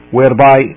whereby